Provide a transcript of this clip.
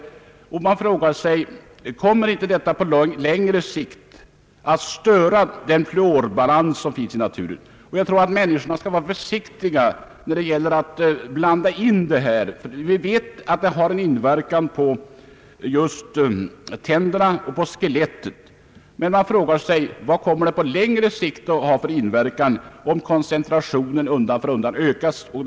Kommer inte en mer allmän fluoridering av dricksvattnet att på längre sikt störa den fluorbalans som finns i naturen? Jag tror att människorna skall vara försiktiga med att blanda in fluor i vattnet. Vi vet att fluor har en gynnsam inverkan på tänderna och skelettet. Det finns tandkräm med fluor, och i många skolor penslas barnens tänder med fluorlösning.